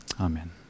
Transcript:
amen